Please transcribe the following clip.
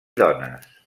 dones